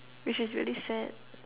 which is really sad